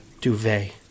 duvet